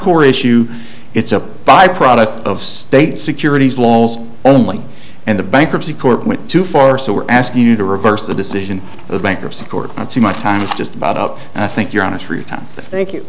core issue it's a byproduct of state securities laws only and the bankruptcy court went too far so we're asking you to reverse the decision of the bankruptcy court not so much time is just about up and i think you're on a three time thank you